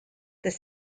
this